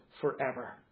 forever